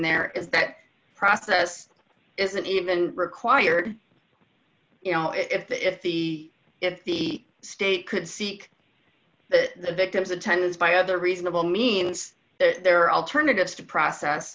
there is that process isn't even required you know if the if the state could seek the victim's attendance by other reasonable means there are alternatives to process